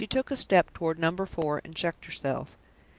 she took a step toward number four, and checked herself.